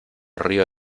río